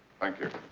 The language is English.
thank you.